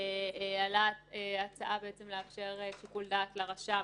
עלתה ההצעה לאפשר שיקול דעת לרשם